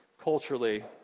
culturally